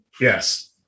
yes